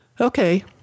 Okay